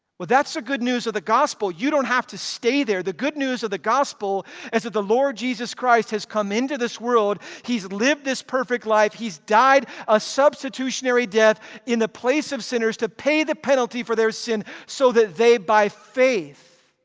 well that's the good news of the gospel. you don't have to stay there. the good news of the gospel is that the lord jesus christ has come into this world, he's lived this perfect life, he's died a substitutionary death in the place of sinners to pay the penalty for their sin, so that they by faith